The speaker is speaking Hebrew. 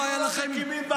אפילו לא מקימים ועדת חקירה.